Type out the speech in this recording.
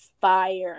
fire